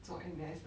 做 N_S 的